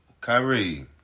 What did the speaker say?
Kyrie